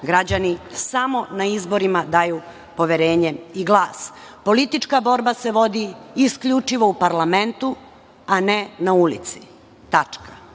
građani samo na izborima daju poverenje i glas. Politička borba se vodi isključivo u parlamentu, a ne na ulici. Sutra